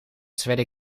tweede